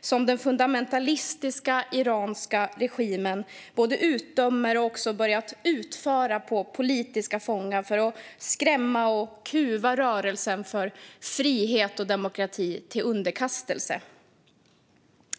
som den fundamentalistiska iranska regimen både utdömer och börjat utföra på politiska fångar för att skrämma och kuva rörelsen för frihet och demokrati till underkastelse.